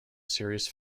series